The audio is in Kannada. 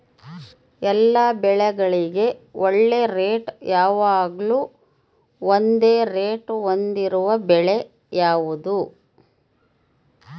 ಎಲ್ಲ ಬೆಳೆಗಳಿಗೆ ಒಳ್ಳೆ ರೇಟ್ ಯಾವಾಗ್ಲೂ ಒಂದೇ ರೇಟ್ ಹೊಂದಿರುವ ಬೆಳೆ ಯಾವುದು?